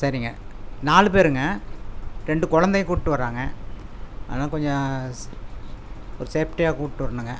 சரிங்க நாலு பேருங்க ரெண்டு குழந்தைய கூப்பிட்டு வராங்க அதான் கொஞ்சம் ஒரு சேஃப்டியாக கூப்பிட்டு வரணுங்க